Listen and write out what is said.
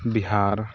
Bihar